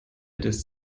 des